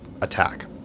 attack